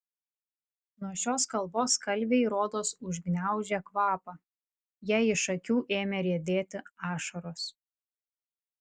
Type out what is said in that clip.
nuo šios kalbos kalvei rodos užgniaužė kvapą jai iš akių ėmė riedėti ašaros